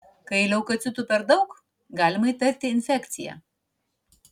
kai leukocitų per daug galima įtarti infekciją